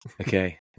Okay